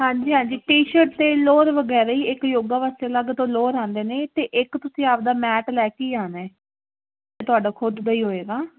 ਹਾਂਜੀ ਹਾਂਜੀ T shirt ਅਤੇ ਲੋਅਰ ਵਗੈਰਾ ਹੀ ਇੱਕ ਯੋਗਾ ਵਾਸਤੇ ਅਲੱਗ ਤੋਂ ਲੋਅਰ ਆਉਂਦੇ ਨੇ ਅਤੇ ਇੱਕ ਤੁਸੀਂ ਆਪਣਾ ਮੈਟ ਲੈ ਕੇ ਹੀ ਆਉਣਾ ਉਹ ਤੁਹਾਡਾ ਖੁਦ ਦਾ ਹੀ ਹੋਵੇਗਾ